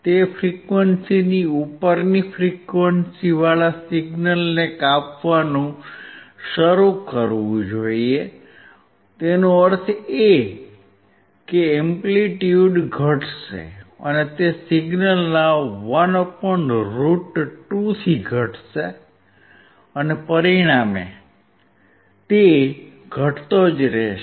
તે ફ્રિક્વંસીની ઉપરની ફ્રીક્વંસીવાળા સિગ્નલને કાપવાનું શરૂ કરવું જોઈએ તેનો અર્થ એ કે એમ્પ્લિટ્યુડ ઘટશે અને તે સિગ્નલના 1√2 થી ઘટશે અને પરિણામે તે ઘટતો રહેશે